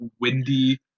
windy